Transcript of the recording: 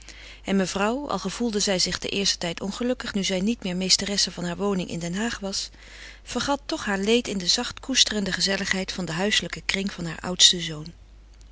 en mevrouw al gevoelde zij zich den eersten tijd ongelukkig nu zij niet meer meesteresse van haar woning in den haag was nu haar kinderen her en derwaarts gingen vergat toch haar leed in de zacht koesterende gezelligheid van den huiselijken kring haars oudsten zoons